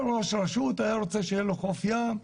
כל ראש רשות היה רוצה שיהיה לו חוף ים,